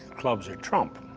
clubs are trump.